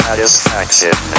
Satisfaction